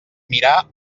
mirar